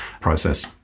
process